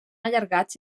allargats